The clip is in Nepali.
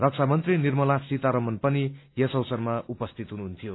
रक्षा मंत्री निर्मला सीामारमण पनि यस अवसरमा उपसिति हुनुहुन्थ्यो